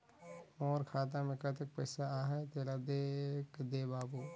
मोर खाता मे कतेक पइसा आहाय तेला देख दे बाबु?